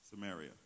Samaria